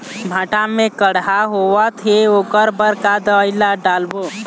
भांटा मे कड़हा होअत हे ओकर बर का दवई ला डालबो?